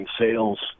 sales